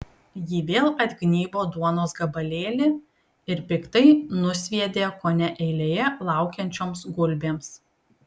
ji vėl atgnybo duonos gabalėlį ir piktai nusviedė kone eilėje laukiančioms gulbėms